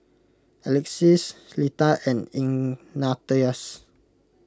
Alexys Litha and Ignatius